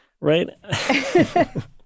right